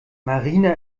marina